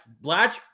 blatch